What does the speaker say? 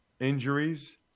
injuries